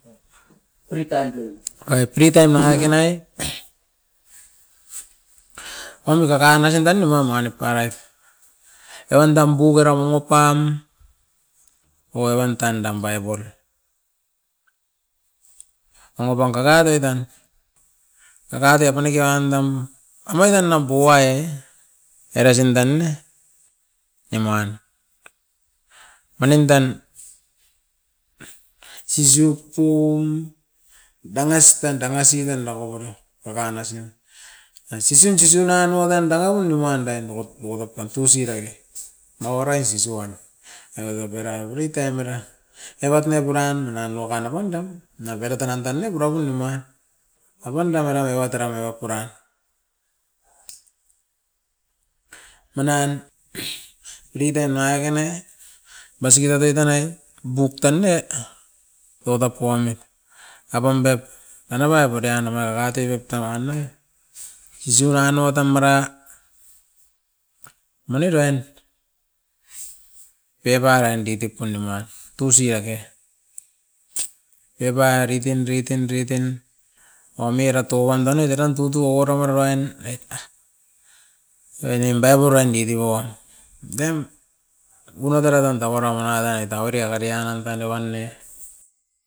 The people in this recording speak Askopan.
Ai free time nanga ke nai, aumi kaka amasin tan i mangi nip parait. Evan tam buk eram momo pam owoi wan tan dam bible, omopong kakato oit tan kakatoi apan aki andam, amai dan a buai. Era sin tane ne, nimuan. Manin tan, sisiup pum danga sitan, danga sitan dakoboro kakanasin, asisin sisiu nanoa tan danga pum nimuan dain muakot muakot pan tusirai e. Maua rais sisuan, a nekeperau free time era evat ne purandan nanoa kana pum tam navera tanan tanei pura pum nimoa, apanda mararewa tara beio puran. Manan didan nangake nai, basiki tatai tanai buk tan ne bautap pauamit. Apam bep anaba pureian ama kakate bip tamana, sisiu rano tam mara mani uruain pepa urain ritip pun nima tuosi ake, pepa ritin ritin ritin omi rato wandanai deran tutu owara warorain oit. Eva nimpai purain giti awo, dem oinot era ran tauara wanat ainit awiri agari anan tan evan ne.